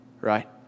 Right